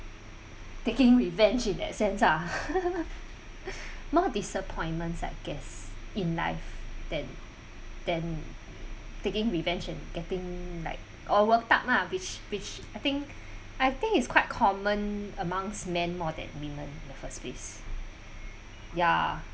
taking revenge in that sense ah more disappointments I guess in life than than taking revenge and getting like all work up ah which which I think I think is quite common amongst men more than women the first place ya